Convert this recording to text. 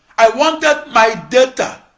i wanted my data